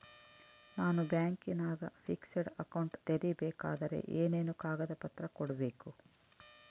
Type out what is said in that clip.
ನಾನು ಬ್ಯಾಂಕಿನಾಗ fixed account ತೆರಿಬೇಕಾದರೆ ಏನೇನು ಕಾಗದ ಪತ್ರ ಕೊಡ್ಬೇಕು?